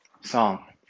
song